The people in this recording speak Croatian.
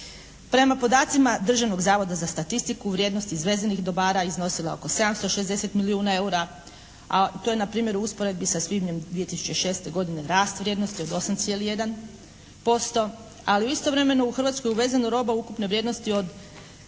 Prema podacima Državnog zavoda za statistiku vrijednost izvezenih dobara iznosila je oko 760 milijuna eura, a to je npr. u usporedbi sa svibnjem 2006. godine rast vrijednosti od 8,1%, ali istovremeno je u Hrvatsku uvezeno roba u ukupnoj vrijednosti od